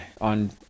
on